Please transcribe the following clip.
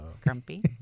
Grumpy